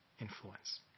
influence